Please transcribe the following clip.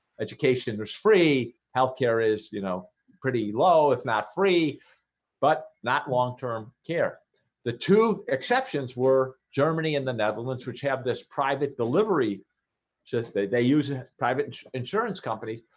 education, there's free health care is you know pretty low if not free but not long-term care the two exceptions were germany and the netherlands which have this private delivery says they they use it as private insurance companies,